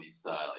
style